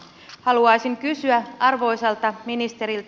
haluaisin kysyä arvoisalta ministeriltä